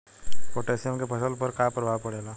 Potassium के फसल पर का प्रभाव पड़ेला?